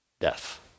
death